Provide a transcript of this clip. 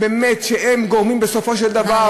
שהם גורמים בסופו של דבר,